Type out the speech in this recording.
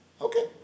Okay